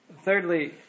thirdly